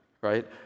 right